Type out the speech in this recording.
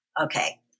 okay